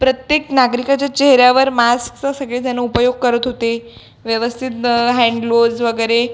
प्रत्येक नागरिकाच्या चेहऱ्यावर मास्कचा सगळेजणं उपयोग करत होते व्यवस्थित हॅन्ड ग्लोज वगैरे